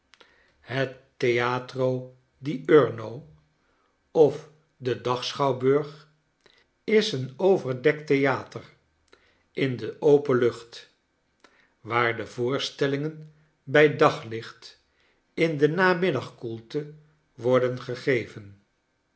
het theatro diurno of de dagschouwburg is een overdekt theater in de open lucht waar de voorstellingen bij daglicht in de namiddagkoelte worden gegeven